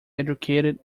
educated